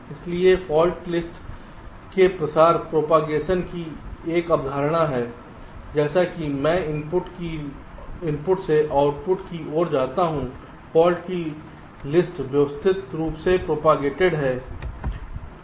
इसलिए fault list के प्रसार प्रोपेगेशन की एक अवधारणा है जैसा कि मैं इनपुट से आउटपुट की ओर जाता हूं फाल्ट की लिस्ट व्यवस्थित रूप से प्रोपागेटड है